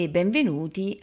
benvenuti